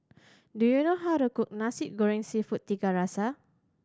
do you know how to cook Nasi Goreng Seafood Tiga Rasa